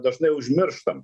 dažnai užmirštam